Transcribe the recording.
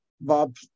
Bob